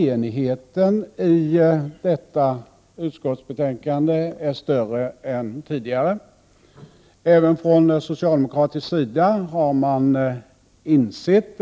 Enigheten i detta utskottsbetänkande är större än tidigare. Även från socialdemokratisk sida har man denna gång insett